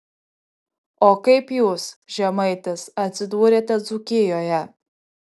o kaip jūs žemaitis atsidūrėte dzūkijoje